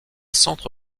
centre